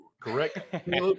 correct